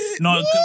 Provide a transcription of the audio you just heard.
No